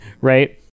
Right